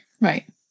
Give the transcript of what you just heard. Right